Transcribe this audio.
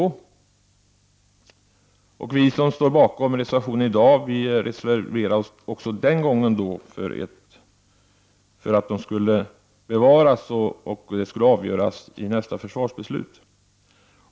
Vi som i dag står för reservation 26 reserverade oss också då till förmån för att frågan om nedläggning av dessa regementen skulle avgöras i samband med nästa års försvarsbeslut.